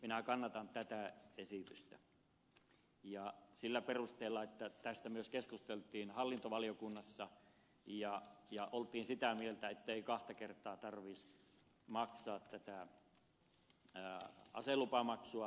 minä kannatan tätä esitystä ja sillä perusteella että tästä myös keskusteltiin hallintovaliokunnassa ja oltiin sitä mieltä ettei kahta kertaa tarvitse maksaa tätä aselupamaksua